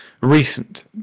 recent